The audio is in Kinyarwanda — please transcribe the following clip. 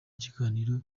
ikiganiro